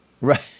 Right